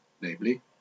namely